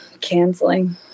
canceling